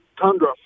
tundra